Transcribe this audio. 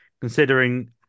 Considering